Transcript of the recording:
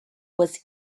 was